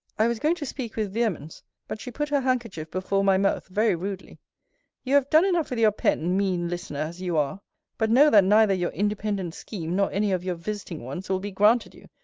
i was going to speak with vehemence but she put her handkerchief before my mouth, very rudely you have done enough with your pen, mean listener, as you are but know that neither your independent scheme, nor any of your visiting ones, will be granted you.